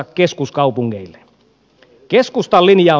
keskustan linja on selkeä